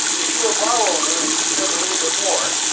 if you're a bar owner and you serve a little bit more,